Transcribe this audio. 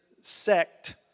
sect